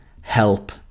help